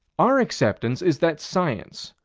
our acceptance is that science,